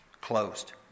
closed